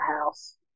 house